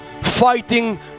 fighting